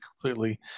completely